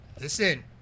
Listen